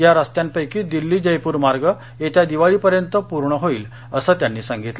या रस्त्यापैकी दिल्ली जयपूर मार्ग येत्या दिवाळीपर्यंत पूर्ण होईल असं त्यांनी सांगितलं